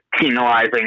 penalizing